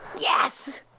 Yes